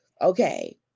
okay